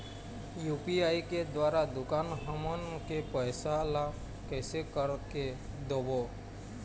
UPI के द्वारा दुकान हमन के पैसा ला कैसे कर के देबो?